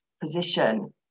position